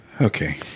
Okay